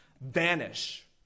vanish